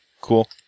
cool